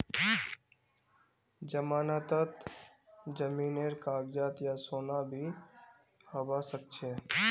जमानतत जमीनेर कागज या सोना भी हबा सकछे